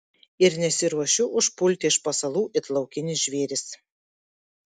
ir nesiruošiu užpulti iš pasalų it laukinis žvėris